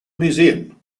museum